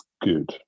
good